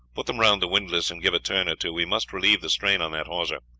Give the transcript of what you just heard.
put them round the windlass, and give a turn or two, we must relieve the strain on that hawser.